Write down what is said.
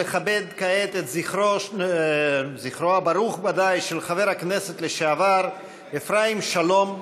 לכבד כעת את זכרו הברוך של חבר הכנסת לשעבר אפרים שלום,